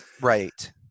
right